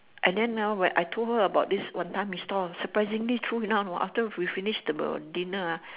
and then now when I told her about this wanton-mee store surprisingly true enough hor after we finish the dinner ah